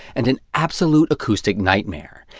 and an absolute acoustic nightmare,